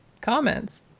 comments